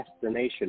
destination